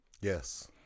Yes